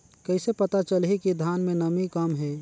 कइसे पता चलही कि धान मे नमी कम हे?